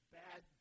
bad